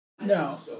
No